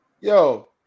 yo